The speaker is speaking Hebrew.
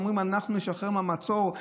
אומרים: אנחנו נשחרר מהמצור,